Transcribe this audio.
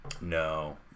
No